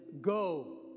Go